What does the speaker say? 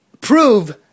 prove